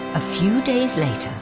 ah few days later,